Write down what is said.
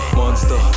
monster